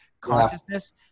consciousness